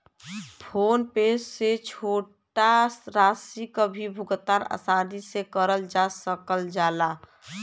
phone पे से छोटा राशि क भी भुगतान आसानी से करल जा सकल जाला